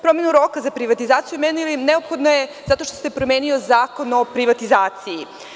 Promena roka za privatizaciju medija neophodna je zato što se promenio Zakon o privatizaciji.